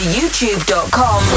youtube.com